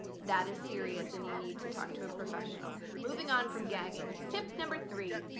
that is serious and you need to talk to a professional. moving on from gagging. tip number three.